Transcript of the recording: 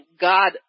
God